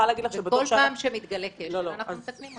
בכל פעם שמתגלה כשל אנחנו מתקנים אותו.